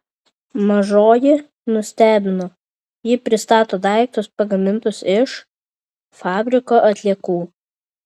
mažoji nustebino ji pristato daiktus pagamintus iš fabriko atliekų